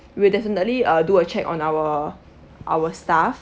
we'll definitely uh do a check on our our staff